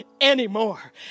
anymore